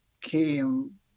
came